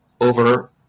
over